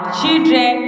children